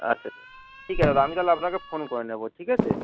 আচ্ছা ঠিক আছে আমি তাহলে আপনাকে ফোন করে নেবো ঠিক আছে